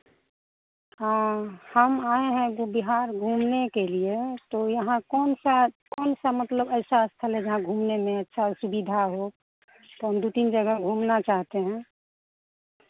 हाँ हम आए हैं बिहार घूमने के लिए तो यहाँ कौन सा कौन सा मतलब ऐसा स्थल है जहाँ घूमने में अच्छा सुविधा हो तो हम दो तीन जगह घूमना चाहते हैं